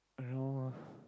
i don't know lah